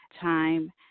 time